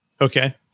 Okay